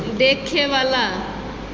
देखयवला